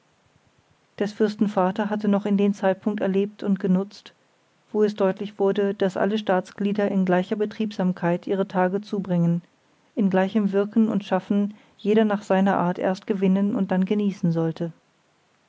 des fürsten vater hatte noch den zeitpunkt erlebt und genutzt wo es deutlich wurde daß alle staatsglieder in gleicher betriebsamkeit ihre tage zubringen in gleichem wirken und schaffen jeder nach seiner art erst gewinnen und dann genießen sollte